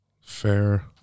Fair